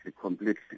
completely